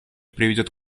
приведет